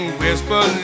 whisper